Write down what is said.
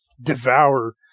devour